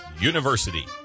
University